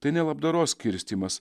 tai ne labdaros skirstymas